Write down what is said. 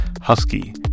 Husky